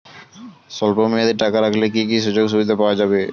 স্বল্পমেয়াদী টাকা রাখলে কি কি সুযোগ সুবিধা পাওয়া যাবে?